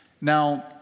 Now